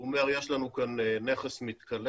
הוא אומר שיש לנו כאן נכס מתכלה,